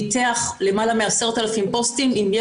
הפוסטים האלה,